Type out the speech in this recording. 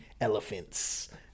elephants